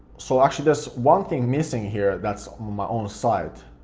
so actually there's one thing missing here that's on my own site,